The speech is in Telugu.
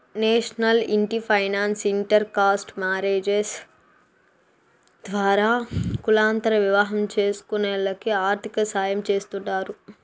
నేషనల్ ఇంటి ఫైనాన్స్ ఇంటర్ కాస్ట్ మారేజ్స్ ద్వారా కులాంతర వివాహం చేస్కునోల్లకి ఆర్థికసాయం చేస్తాండారు